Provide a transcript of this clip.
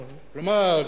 כלומר,